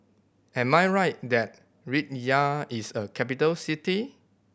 am I right that Riyadh is a capital city